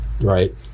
right